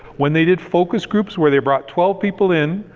when they did focus groups where they brought twelve people in,